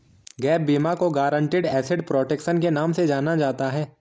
gap बीमा को guaranteed asset protection के नाम से जाना जाता है